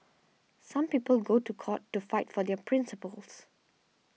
some people go to court to fight for their principles